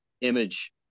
image